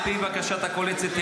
על פי בקשת הקואליציה,